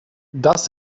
das